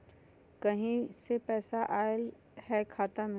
कहीं से पैसा आएल हैं खाता में?